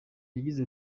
yagize